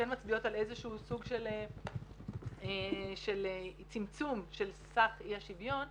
על איזשהו סוג של צמצום של סך אי השוויון.